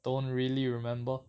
don't really remember